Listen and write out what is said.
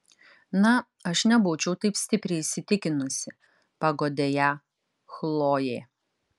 na aš nebūčiau taip stipriai įsitikinusi paguodė ją chlojė